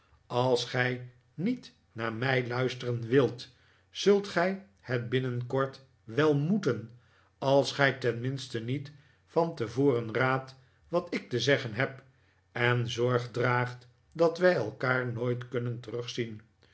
als gij niet naar mij luisteren wilt zult gij het binnenkort wel m o e t e n als gij tenminste niet van tevoren raadt wat ik te zeggen heb en zorg draagt dat wij elkaar nooit kunnen terugzien